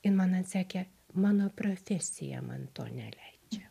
jin man atsakė mano profesija man to neleidžia